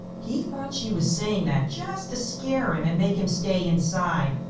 he thought she was saying that just to scare him and make him stay inside.